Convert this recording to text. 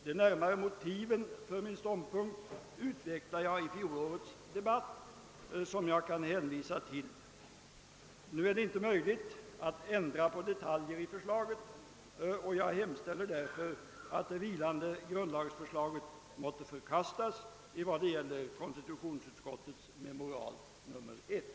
De närmare motiven för min ståndpunkt utvecklade jag i fjolårets debatt, som jag ber att få hänvisa tilll Nu är det inte möjligt att ändra detaljer i förslaget, och jag hemställer därför att det vilande grundlagsförslaget måtte förkastas såvitt gäller konstitutionsutskottets memorial nr 1.